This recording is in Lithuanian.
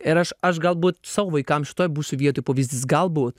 ir aš aš galbūt savo vaikam šitoj būsiu vietoj pavyzdys galbūt